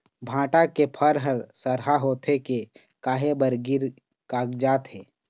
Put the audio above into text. भांटा के फर हर सरहा होथे के काहे बर गिर कागजात हे?